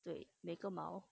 对每个毛